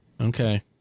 Okay